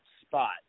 spot